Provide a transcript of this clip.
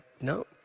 no